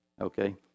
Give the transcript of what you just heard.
Okay